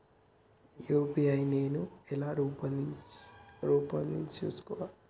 UPI నేను ఎలా రూపొందించుకోవాలి?